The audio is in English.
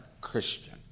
Christian